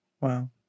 wow